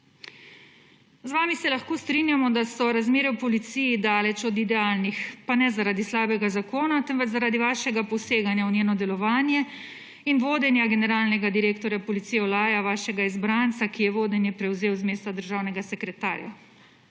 Z vami se lahko strinjamo, da so razmere v policiji daleč od idealnih, pa ne zaradi slabega zakona, temveč zaradi vašega poseganja v njeno delovanje in vodenja generalnega direktorja policije Olaja vašega izbranca, ki je vodenje prevzel z mesta državnega sekretarja.